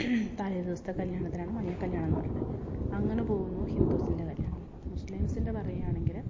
തലേദിവസത്തെ കല്യാണത്തിനാണ് മഞ്ഞ കല്യാണം എന്ന് പറയണെ അങ്ങനെ പോകുന്നു ഹിന്ദൂസിൻ്റെ കല്യാണം മുസ്ലിംസിൻ്റെ പറയുക ആണെങ്കിൽ